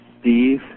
Steve